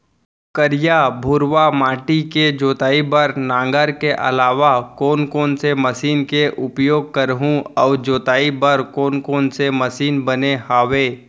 करिया, भुरवा माटी के जोताई बर नांगर के अलावा कोन कोन से मशीन के उपयोग करहुं अऊ जोताई बर कोन कोन से मशीन बने हावे?